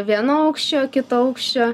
vieno aukščio kito aukščio